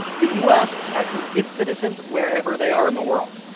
the u s. taxes its citizens wherever they are in the world.